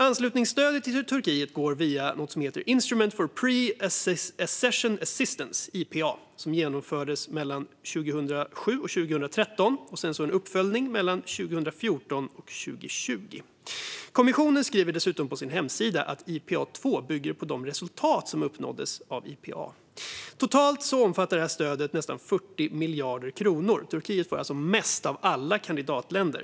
Anslutningsstödet till Turkiet går via något som heter Instrument for Pre-Accession Assistance, IPA, som genomfördes mellan 2007 och 2013. Sedan skedde en uppföljning mellan 2014 och 2020. Kommissionen skriver dessutom på sin hemsida att IPA II bygger på de resultat som uppnåtts med IPA. Totalt omfattar detta stöd nästan 40 miljarder kronor. Turkiet får alltså mest av alla kandidatländer.